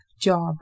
job